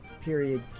period